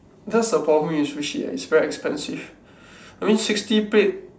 that's the problem with sushi eh it's very expensive I mean sixty plate